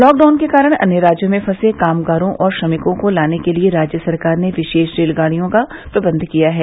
lockdown के कारण अन्य राज्यों में फंसे कामगारों और श्रमिकों को लाने के लिए राज्य सरकार ने विशेष रेलगाड़ियों का प्रबंध किया है